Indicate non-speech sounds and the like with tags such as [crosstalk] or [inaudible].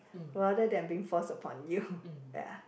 rather than being forced upon you [laughs] ya